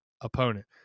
opponent